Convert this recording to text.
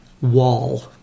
wall